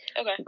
Okay